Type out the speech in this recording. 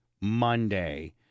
Monday